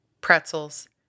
pretzels